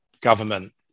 Government